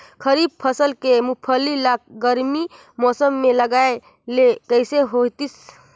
खरीफ फसल के मुंगफली ला गरमी मौसम मे लगाय ले कइसे होतिस?